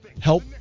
Help